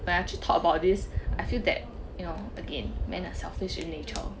when I actually talk about this I feel that you know again man are selfish in nature